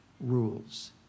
rules